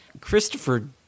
Christopher